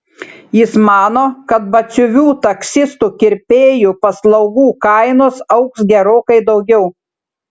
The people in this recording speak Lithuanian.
jis mano kad batsiuvių taksistų kirpėjų paslaugų kainos augs gerokai daugiau